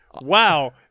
wow